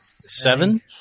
Seven